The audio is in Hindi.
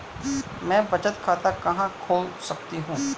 मैं बचत खाता कहां खोल सकती हूँ?